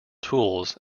tools